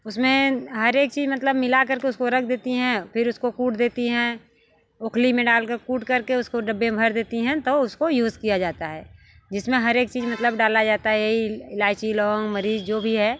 उसमें हर एक चीज़ मतलब मिलाकर के उसको रख देती हैं फिर उसको कूट देती हैं ओखली में डालकर कूटकर के उसको डब्बे भर देती हैं तो उसको यूज़ किया जाता है जिसमें हर एक चीज़ मतलब डाला जाता है यही इलायची लौंग मरीच जो भी है